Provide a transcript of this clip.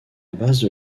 base